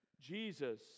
Jesus